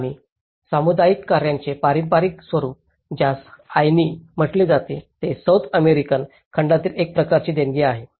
आणि सामुदायिक कार्याचे पारंपारिक स्वरूप ज्यास 'आयनी' म्हटले जाते जे सौथ अमेरिकन खंडातील एक प्रकारची देणगी आहे